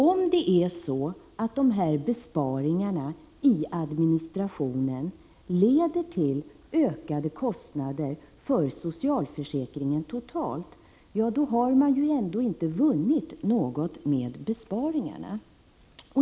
Om besparingarna i administrationen leder till ökade kostnader för socialförsäkringen totalt har man ju ändå inte vunnit något med besparingarna.